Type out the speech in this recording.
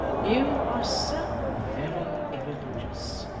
you are so very irreligious,